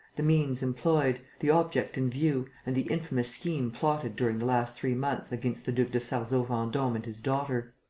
the means employed, the object in view and the infamous scheme plotted during the last three months against the duc de sarzeau-vendome and his daughter.